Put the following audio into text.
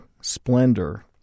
splendor